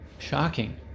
Shocking